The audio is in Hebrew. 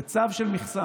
זה צו של מכסה.